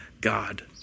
God